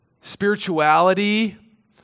Spirituality